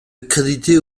crédité